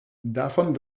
davon